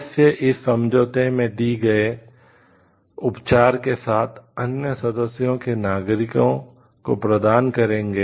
सदस्य इस समझौते में दिए गए उपचार के साथ अन्य सदस्यों के नागरिकों को प्रदान करेंगे